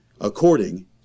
According